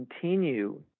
continue